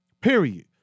Period